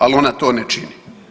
Ali ona to ne čini.